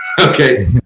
okay